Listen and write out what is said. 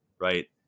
right